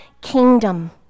kingdom